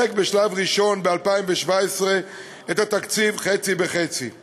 בשלב ראשון ב-2017 את התקציב חצי-בחצי כפיילוט.